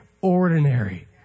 ordinary